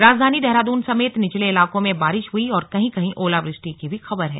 राजधानी देहरादून समेत निचले इलाकों में बारिश हुई और कहीं कहीं ओलावृष्टि की भी खबर है